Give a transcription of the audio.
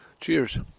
Cheers